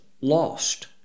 lost